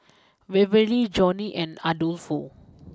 Waverly Johnie and Adolfo